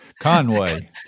Conway